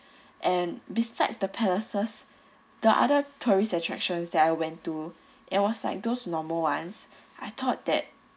and besides the palaces the other tourist attractions that I went to it was like those normal ones I thought that